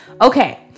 Okay